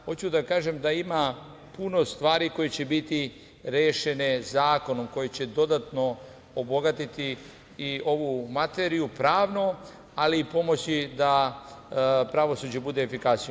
Hoću da ima puno stvari koje će biti rešene zakonom, koji će dodatno obogatiti i ovu materiju pravno, ali i pomoći da pravosuđe bude efikasnije.